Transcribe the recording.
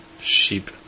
Sheep